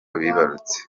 bibarutse